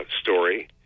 story